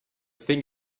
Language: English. thing